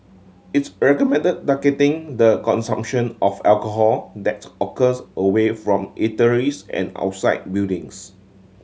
its recommended targeting the consumption of alcohol that's occurs away from eateries and outside buildings